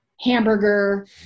hamburger